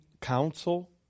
Counsel